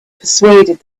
persuaded